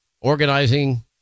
organizing